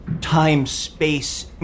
time-space